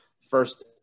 first